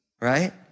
right